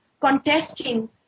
contesting